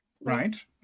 Right